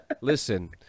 Listen